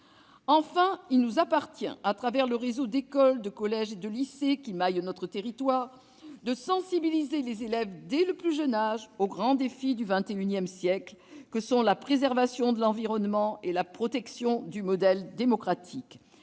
Enfin, il nous appartient, au travers du réseau d'écoles, de collèges et de lycées qui maille notre territoire, de sensibiliser les élèves dès le plus jeune âge aux grands défis du XXI siècle : la préservation de l'environnement et la protection du modèle démocratique.